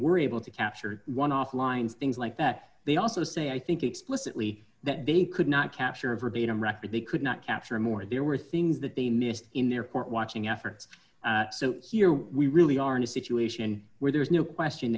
were able to capture one offline things like that they also say i think explicitly that they could not capture verbatim record they could not capture more there were things that they missed in their court watching efforts so here we really are in a situation where there is no question